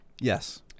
Yes